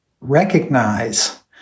recognize